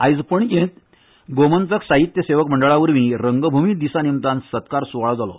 आयज पणजेंत गोमंतक साहित्य लेखक मंडळा वरवीं रंगभूंय दिसा निमतान सरकारी सुवाळो जालो